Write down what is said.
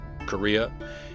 Korea